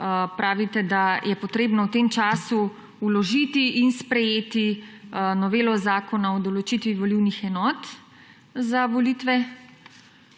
pravite, da je potrebno v tem času vložiti in sprejeti novelo Zakona o določitvi volilnih enot za volitve,